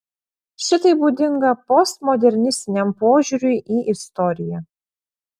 šitai būdinga postmodernistiniam požiūriui į istoriją